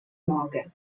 noge